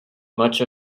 much